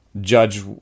judge